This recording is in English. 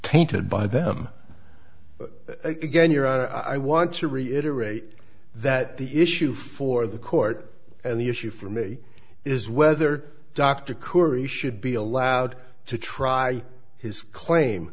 tainted by them again your honor i want to reiterate that the issue for the court and the issue for me is whether dr curry should be allowed to try his claim